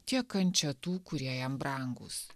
tiek kančią tų kurie jam brangūs